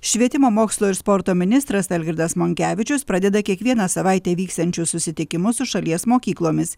švietimo mokslo ir sporto ministras algirdas monkevičius pradeda kiekvieną savaitę vyksiančius susitikimus su šalies mokyklomis